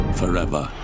forever